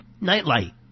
Nightlight